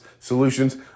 Solutions